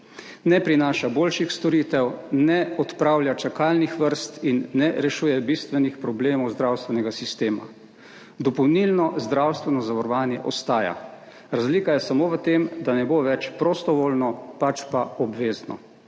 ne prinaša boljših storitev, ne odpravlja čakalnih vrst in ne rešuje bistvenih problemov zdravstvenega sistema. Dopolnilno zdravstveno zavarovanje ostaja, razlika je samo v tem, da ne bo več prostovoljno pač pa obvezno.